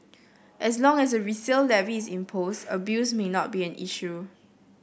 as long as a resale levy is imposed abuse may not be an issue